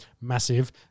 massive